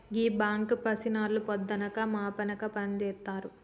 గీ బాంకాపీసర్లు పొద్దనక మాపనక పనిజేత్తరు